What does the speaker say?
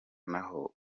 naho